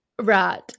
Right